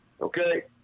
okay